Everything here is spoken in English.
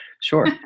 Sure